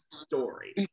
story